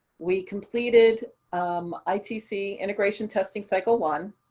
we completed itc integration testing cycle one.